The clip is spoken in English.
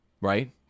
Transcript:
Right